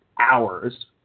hours